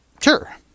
Sure